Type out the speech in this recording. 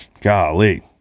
golly